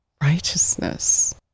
righteousness